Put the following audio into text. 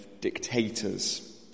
dictators